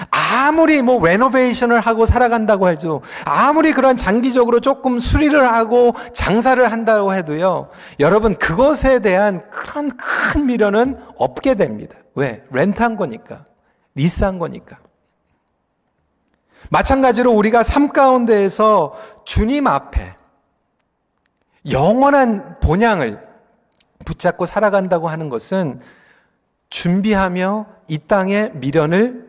아무리 뭐 renovation을 하고 살아간다고 해도, 아무리 그런 장기적으로 조금 수리를 하고 장사를 한다고 해도요, 여러분, 그것에 대한 그런 큰 미련은 없게 됩니다. 왜? 렌트한 거니까, 리스한 거니까. 마찬가지로 우리가 삶 가운데에서 주님 앞에 영원한 본향을 붙잡고 살아간다고 하는 것은 준비하며 이 땅의 미련을